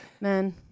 Man